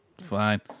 fine